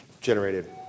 generated